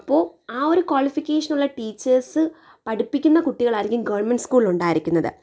അപ്പോൾ ആ ഒരു ക്വാളിഫിക്കേഷൻ ഉള്ള ടീച്ചേഴ്സ് പഠിപ്പിക്കുന്ന കുട്ടികൾ ആയിരിക്കും ഗവൺമെന്റ് സ്കൂളിൽ ഉണ്ടായിരിക്കുന്നത്